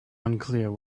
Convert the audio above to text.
unclear